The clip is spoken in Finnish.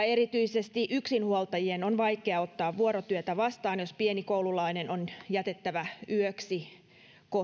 erityisesti yksinhuoltajien on vaikea ottaa vuorotyötä vastaan jos pieni koululainen on jätettävä yöksi